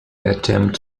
attempt